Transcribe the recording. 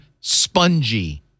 spongy